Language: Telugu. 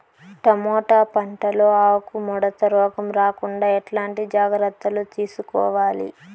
టమోటా పంట లో ఆకు ముడత రోగం రాకుండా ఎట్లాంటి జాగ్రత్తలు తీసుకోవాలి?